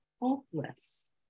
hopeless